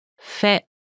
Fait